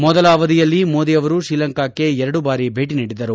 ಮೊದಲ ಅವಧಿಯಲ್ಲಿ ಮೋದಿ ಅವರು ಶ್ರೀಲಂಕಾಕ್ಕೆ ಎರಡು ಬಾರಿ ಭೇಟ ನೀಡಿದ್ದರು